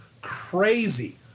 crazy